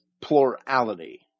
plurality